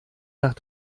nach